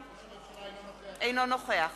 אינו נוכח